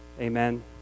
Amen